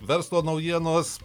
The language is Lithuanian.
verslo naujienos